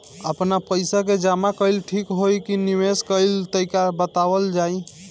आपन पइसा के जमा कइल ठीक होई की निवेस कइल तइका बतावल जाई?